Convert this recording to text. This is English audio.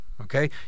okay